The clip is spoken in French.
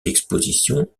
d’exposition